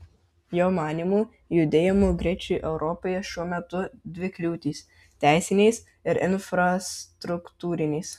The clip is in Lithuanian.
jo manymu judėjimo greičiui europoje šiuo metu dvi kliūtys teisinės ir infrastruktūrinės